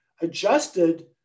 adjusted